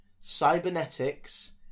cybernetics